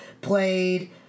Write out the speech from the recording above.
played